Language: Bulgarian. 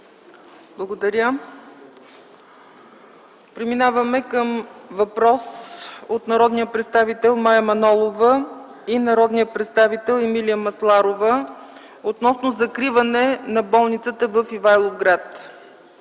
Благодаря. Преминаваме към въпрос от народните представители Мая Манолова и Емилия Масларова относно закриване на болницата в Ивайловград.